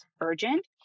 urgent